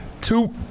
two